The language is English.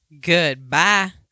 Goodbye